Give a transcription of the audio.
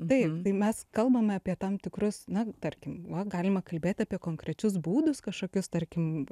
taip tai mes kalbame apie tam tikrus na tarkim galima kalbėt apie konkrečius būdus kažkokius tarkim